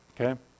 Okay